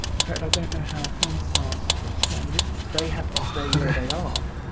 in fact i don't know how film stars stand it. they have to stay where they are,